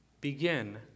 begin